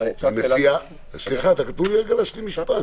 --- אפשר --- סליחה, תנו לי רגע להשלים משפט.